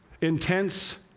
intense